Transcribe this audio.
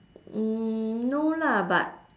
mm no lah but